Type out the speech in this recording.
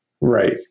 Right